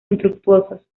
infructuosos